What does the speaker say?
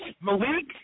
Malik